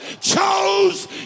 chose